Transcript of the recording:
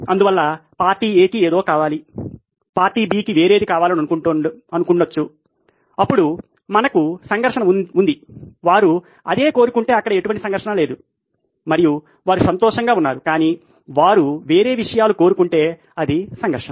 అందువల్ల party A కి ఏదో కావాలి పార్టీ B వేరేది కావాలని కోరుకుంటుంది అప్పుడు మనకు సంఘర్షణ ఉంది వారు అదే కోరుకుంటే అక్కడ ఎటువంటి సంఘర్షణ లేదు మరియు వారు సంతోషంగా ఉన్నారు కానీ వారు వేరే విషయాలు కోరుకుంటే అది సంఘర్షణ